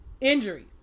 injuries